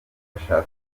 bashaka